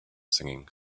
singing